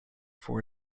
for